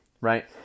right